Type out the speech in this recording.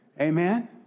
Amen